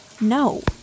No